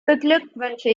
beglückwünsche